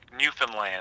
Newfoundland